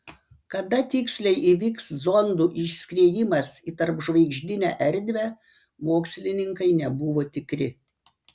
kada tiksliai įvyks zondų išskriejimas į tarpžvaigždinę erdvę mokslininkai nebuvo tikri